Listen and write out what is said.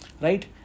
Right